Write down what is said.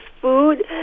food